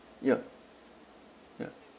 yup ya